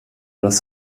das